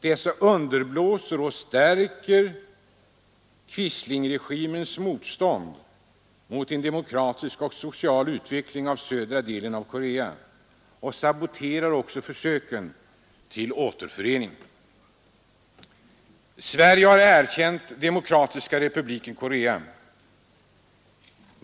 Dessa underblåser och stärker quislingregimens motstånd mot en demokratisk och social utveckling av södra delen av Korea och saboterar också försöken till återförening. Sverige har erkänt Demokratiska folkrepubliken Korea.